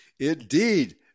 Indeed